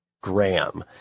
Graham